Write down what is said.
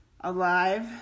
alive